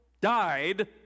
died